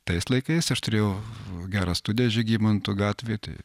tais laikais aš turėjau gerą studiją žygimantų gatvėj tai